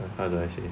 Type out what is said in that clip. how do I say